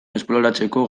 esploratzeko